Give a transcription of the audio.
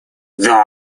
долго